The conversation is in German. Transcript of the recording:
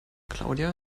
claudia